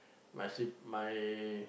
my sib~ my